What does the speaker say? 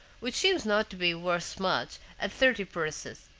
which seems not to be worth much, at thirty purses.